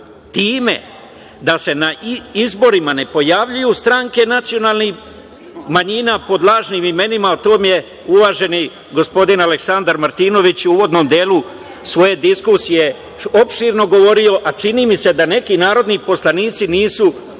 time da se na izborima ne pojavljuju stranke nacionalnih manjina pod lažnim imenima, ali to je uvaženi gospodin Aleksandar Martinović u uvodnom delu svoje diskusije opširno govorio, a čini mi se da neki narodni poslanici nisu slušali,